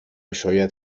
شاید